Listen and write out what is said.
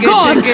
God